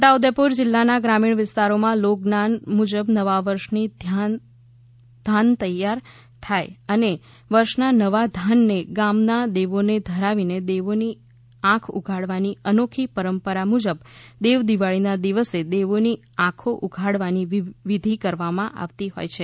છોટાઉદેપુર જિલ્લાના ગ્રામીણ વિસ્તારોમાં લોક જ્ઞાન મુજબ નવા વર્ષની ધાન તૈયાર થાય અને વર્ષના નવા ધાનને ગામના દેવોને ધરાવી દેવોની આંખો ઉઘાડવાની અનોખી પરંપરા મુજબ દેવદિવાળીના દિવસે દેવોની આંખો ઉઘાડવાની વિધિ કરવામાં આવતી હોથ છે